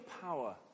power